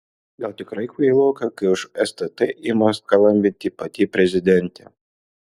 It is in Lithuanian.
gal tikrai kvailoka kai už stt ima skalambyti pati prezidentė